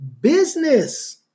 business